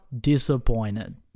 disappointed